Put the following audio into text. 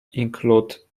include